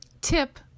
tip